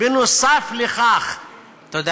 נוסף על כך, תודה.